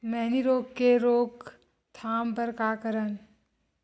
मैनी रोग के रोक थाम बर का करन?